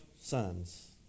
sons